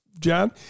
John